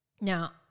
now